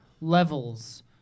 levels